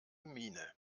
miene